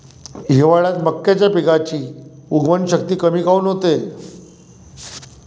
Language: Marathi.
हिवाळ्यात मक्याच्या पिकाची उगवन शक्ती कमी काऊन होते?